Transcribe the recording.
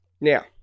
now